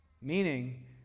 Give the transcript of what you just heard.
Meaning